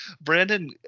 Brandon